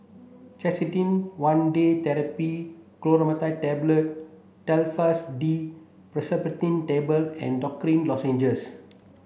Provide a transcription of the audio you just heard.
Canesten one Day Therapy Clotrimazole Tablet Telfast D Pseudoephrine Tablet and Dorithricin Lozenges